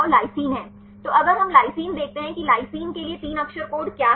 तो अगर हम लाइसिन देखते हैं कि लाइसिन के लिए 3 अक्षर कोड क्या है